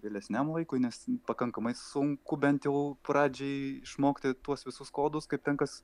vėlesniam laikui nes pakankamai sunku bent jau pradžiai išmokti tuos visus kodus kaip ten kas